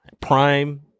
Prime